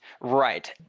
Right